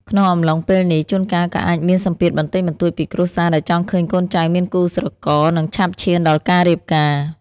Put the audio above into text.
ក្នុងកំឡុងពេលនេះ ជួនកាលក៏អាចមានសម្ពាធបន្តិចបន្តួចពីគ្រួសារ ដែលចង់ឃើញកូនចៅមានគូស្រករ និងឆាប់ឈានដល់ការរៀបការ។